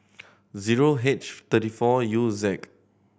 zero H thirty four U Z